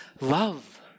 Love